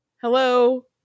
Hello